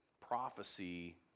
prophecy